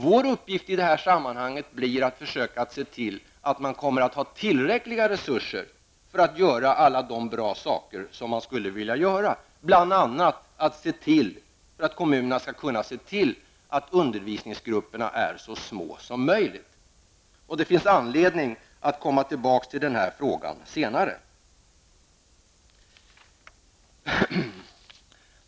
Vår uppgift i det här sammanhanget blir att försöka se till att man har tillräckliga resurser, så att man kan göra alla de bra saker som man skulle vilja göra. Bl.a. gäller det att kommunerna skall kunna se till att undervisningsgrupperna är så små som möjligt. Det finns anledning att återkomma till denna fråga senare.